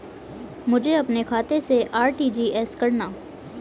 मुझे अपने खाते से आर.टी.जी.एस करना?